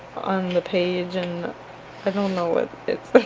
on the page and i don't know what it